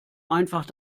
einfach